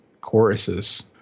choruses